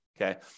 okay